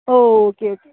okay okay